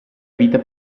vita